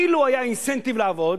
אילו היה אינסנטיב לעבוד,